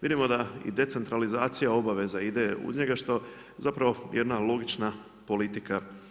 Vidimo da i decentralizacija obaveza ide uz njega što zapravo je jedna logična politika.